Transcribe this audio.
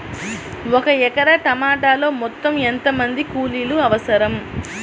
ఒక ఎకరా టమాటలో మొత్తం ఎంత మంది కూలీలు అవసరం?